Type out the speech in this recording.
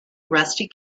rusty